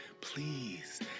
please